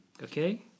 Okay